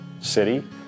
city